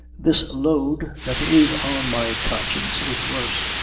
this load that is on my conscience is worse.